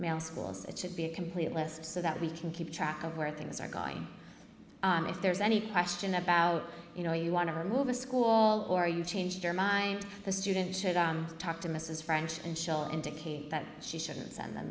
mail schools it should be a complete list so that we can keep track of where things are going if there's any question about you know you want to remove a school or you change their mind the student should talk to mrs french and she'll indicate that she shouldn't send th